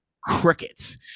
crickets